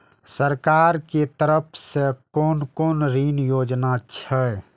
सरकार के तरफ से कोन कोन ऋण योजना छै?